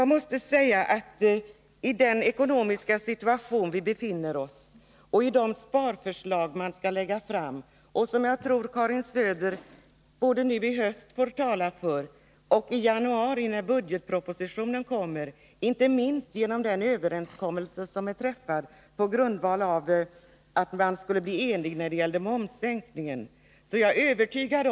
Vi befinner oss ju i en besvärlig ekonomisk situation, och jag är övertygad om att de sparförslag som skall läggas fram — inte minst med hänsyn till den överenskommelse som träffats när det gäller momssänkningen — kommer att beröra socialdepartementet i stor utsträckning och drabba de människor mycket hårt som har sin trygghet genom beslut som har fattats här i riksdagen.